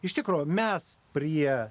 iš tikro mes prie